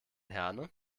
herne